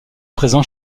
présent